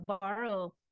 borrow